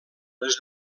les